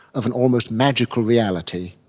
of an almost magical reality.